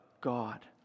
God